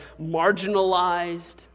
marginalized